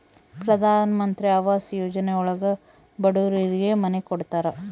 ಪ್ರಧನಮಂತ್ರಿ ಆವಾಸ್ ಯೋಜನೆ ಒಳಗ ಬಡೂರಿಗೆ ಮನೆ ಕೊಡ್ತಾರ